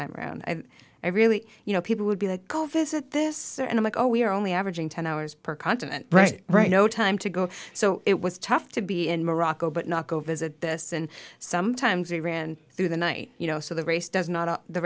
time around i really you know people would be like go visit this and i'm like oh we're only averaging ten hours per continent right right no time to go so it was tough to be in morocco but not go visit this and sometimes we ran through the night you know so the race does not